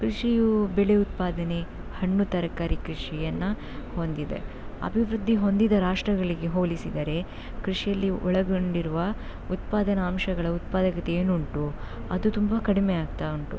ಕೃಷಿಯು ಬೆಳೆ ಉತ್ಪಾದನೆ ಹಣ್ಣು ತರಕಾರಿ ಕೃಷಿಯನ್ನು ಹೊಂದಿದೆ ಅಭಿವೃದ್ಧಿ ಹೊಂದಿದ ರಾಷ್ಟ್ರಗಳಿಗೆ ಹೋಲಿಸಿದರೆ ಕೃಷಿಯಲ್ಲಿ ಒಳಗೊಂಡಿರುವ ಉತ್ಪಾದನಾ ಅಂಶಗಳ ಉತ್ಪಾದಕತೆ ಏನುಂಟು ಅದು ತುಂಬಾ ಕಡಿಮೆ ಆಗ್ತಾ ಉಂಟು